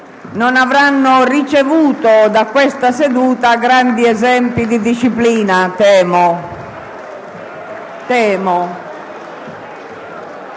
non abbiano ricevuto da questa seduta grandi esempi di disciplina.